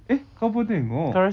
eh kau pun tengok